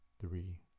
three